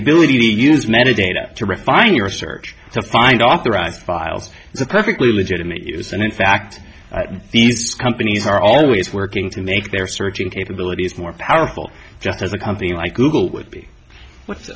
ability to use metadata to refine your search to find authorized files is a perfectly legitimate use and in fact these companies are always working to make their searching capabilities more powerful just as a company like google would be w